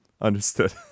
Understood